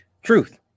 Truth